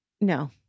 No